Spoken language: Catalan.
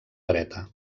dreta